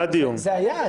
זה היה.